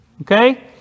Okay